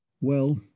Well